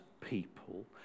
people